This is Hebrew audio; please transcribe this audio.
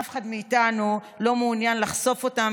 אף אחד מאיתנו לא מעוניין לחשוף אותם